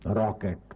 rocket